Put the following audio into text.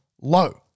low